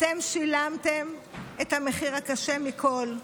אתם שילמתם את המחיר הקשה מכול,